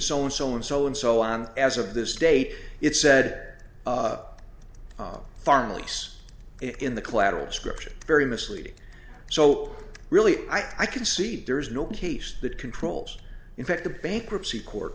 so and so and so and so on as of this date it said farm leaps in the collateral description very misleading so really i concede there is no case that controls in fact the bankruptcy court